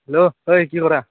hello ঐ কি কৰা